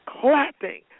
clapping